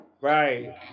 right